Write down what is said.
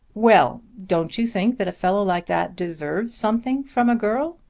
well! don't you think that a fellow like that deserves something from a girl?